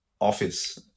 office